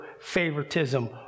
favoritism